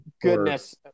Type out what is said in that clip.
Goodness